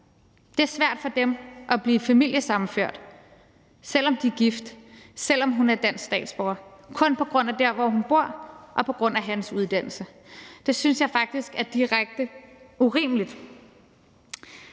Det er svært for dem at blive familiesammenført, selv om de er gift, og selv om hun er dansk statsborger – kun på grund af der, hvor hun bor, og på grund af hans uddannelse. Det synes jeg faktisk er direkte urimeligt.